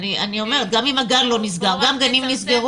גנים נסגרו